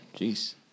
Jeez